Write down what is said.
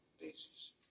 Beasts